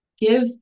give